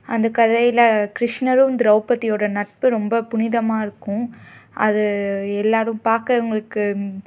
அந்த கதையில கிருஷ்ணரும் திரௌபதியோட நட்பு ரொம்ப புனிதமாக இருக்கும் அது எல்லோரும் பாக்கிறவங்களுக்கு